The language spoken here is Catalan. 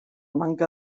manca